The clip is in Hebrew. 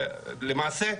למעשה,